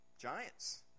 giants